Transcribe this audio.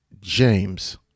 James